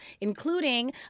including